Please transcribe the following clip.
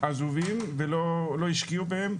עזובים, ולא השקיעו בהם.